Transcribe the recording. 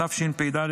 התשפ"ד,